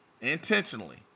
intentionally